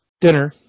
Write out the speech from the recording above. dinner